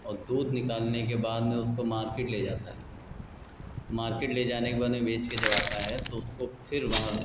और दूध निकालने के बाद में उसको मार्केट ले जाता है मार्केट ले जाने के बाद में बेचकर जब आता है तो उसको फिर वहाँ